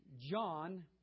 John